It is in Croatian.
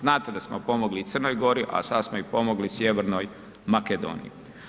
Znate da smo pomogli i Crnoj Gori, a sad smo i pomogli Sjevernoj Makedoniji.